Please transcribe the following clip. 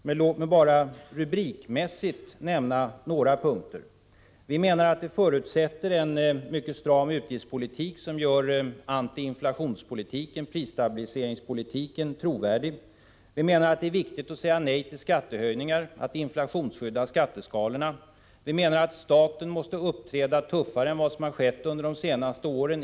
Men låt mig bara rubrikmässigt nämna några punkter: Vi menar att en förutsättning är en mycket stram utgiftspolitik, som gör antiinflationspolitiken, prisstabiliseringspolitiken, trovärdig. Det är viktigt att säga nej till skattehöjningar, att inflationsskydda skatteskalorna. Staten måste som arbetsgivare uppträda tuffare i löneförhandlingarna än vad som har skett under de senaste åren.